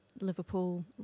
Liverpool